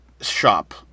shop